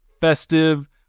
festive